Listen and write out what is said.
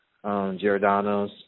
Giordano's